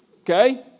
Okay